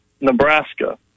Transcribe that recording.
Nebraska